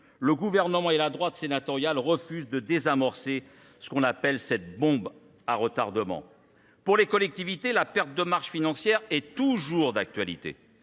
Le gouvernement et la droite sénatoriale refusent de désamorcer ce qu'on appelle cette bombe à retardement. Pour les collectivités, la perte de marches financières est toujours d'actualité.